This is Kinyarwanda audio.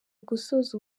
gusoza